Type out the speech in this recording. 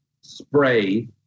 spray